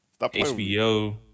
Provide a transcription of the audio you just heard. HBO